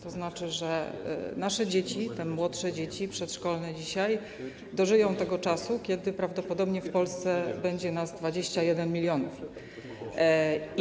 To znaczy, że nasze dzieci, te młodsze, przedszkolne dzisiaj, dożyją tego czasu, kiedy prawdopodobnie w Polsce będzie 21 mln osób.